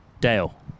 Dale